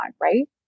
right